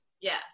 Yes